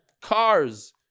Cars